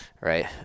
Right